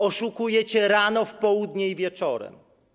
Oszukujecie rano, w południe i wieczorem.